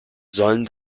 sollen